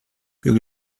will